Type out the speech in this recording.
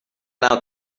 out